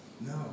no